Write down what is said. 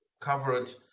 coverage